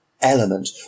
element